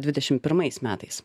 dvidešimt pirmais metais